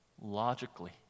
logically